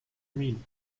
mean